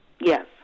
Yes